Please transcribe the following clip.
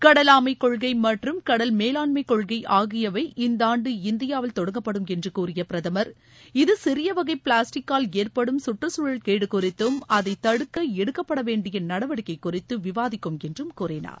கடல் ஆமைகொள்கைமற்றும் கடல் மேலாண்மைகொள்கைஆகியவவை இந்தஆண்டு இந்தியாவில் தொடங்கப்படும் என்றகூறியபிரதமர் இது சிறியவகைபிளாஸ்டிக்கால் ஏற்படும் சுற்றுச்சூழல் கேடுகுறித்தும் அதைதடுக்களடுக்கப்படவேண்டியநடவடிக்கைகுறித்தும் விவாதிக்கும் என்றும் கூறினார்